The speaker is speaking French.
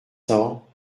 cents